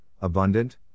abundant